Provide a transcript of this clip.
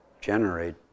generate